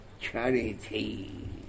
charity